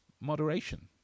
moderation